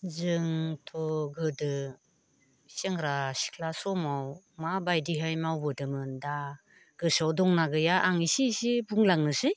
जोंथ' गोदो सेंग्रा सिखला समाव माबायदिहाय मावबोदोंमोन दा गोसोआव दंना गैया आं इसे इसे बुंलांनोसै